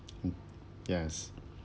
mm yes